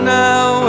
now